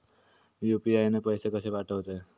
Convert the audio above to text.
UPI ने पैशे कशे पाठवूचे?